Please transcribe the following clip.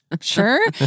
sure